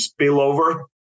spillover